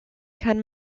kann